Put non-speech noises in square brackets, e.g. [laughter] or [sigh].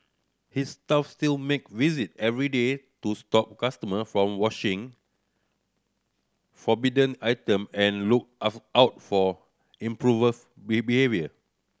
his staff still make visit every day to stop customer from washing forbidden item and look [unintelligible] out for [unintelligible] behaviour